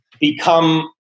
become